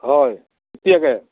হয় কেতিয়াকে